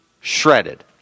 shredded